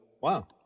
Wow